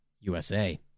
USA